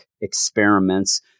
experiments